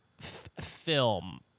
film